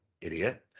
idiot